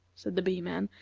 said the bee-man.